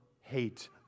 hate